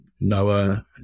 Noah